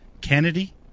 Kennedy